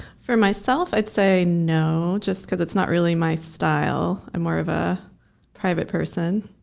for myself, i'd say no, just because it's not really my style. i'm more of a private person.